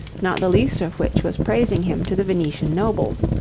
not the least of which was praising him to the venetian nobles.